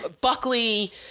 Buckley